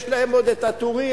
יש להם עוד הטורייה,